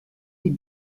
die